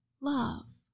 Love